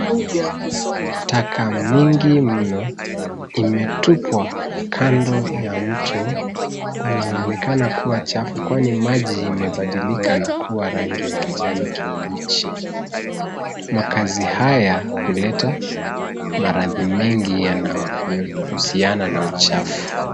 Taka mingi mno, imetupwa kando ya mto unaoonekana kua chafu kwani maji imebadilika na kua rangi ya kijani kibichi. Makazi haya huleta, maradhi mingi yanayohusiana na uchafu.